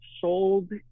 sold